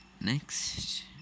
Next